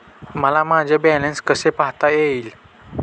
मला माझे बॅलन्स कसे पाहता येईल?